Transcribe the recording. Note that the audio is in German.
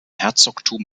herzogtum